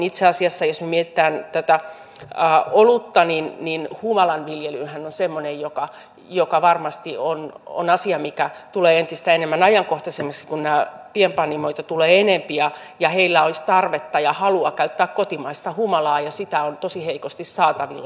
itse asiassa jos me mietimme tätä olutta niin humalan viljelyhän on asia mikä varmasti tulee entistä ajankohtaisemmaksi kun näitä pienpanimoita tulee enempi ja heillä olisi tarvetta ja halua käyttää kotimaista humalaa ja sitä on tosi heikosti saatavilla